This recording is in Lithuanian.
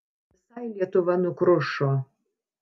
visai lietuva nukrušo